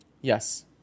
Yes